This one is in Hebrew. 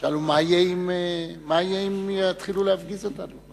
שאלו: מה יהיה אם יתחילו להפגיז אותנו?